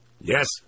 Yes